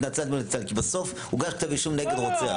כי בסוף הוגש כתב אישום נגד רוצח.